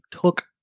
took